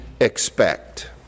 expect